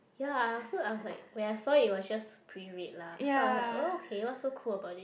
ya I also I was like when I saw it it was just pre rate lah so I was like oh okay what's so cool about it